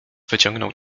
wyciągnął